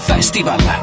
Festival